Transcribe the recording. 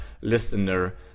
listener